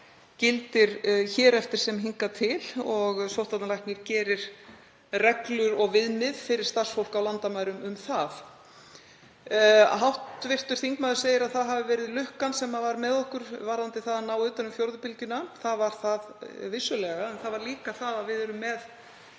gildir hér eftir sem hingað til og sóttvarnalæknir gerir reglur og viðmið fyrir starfsfólk á landamærum um það. Hv. þingmaður segir að lukkan hafi verið með okkur varðandi það að ná utan um fjórðu bylgjuna. Hún var það vissulega en líka það að við erum með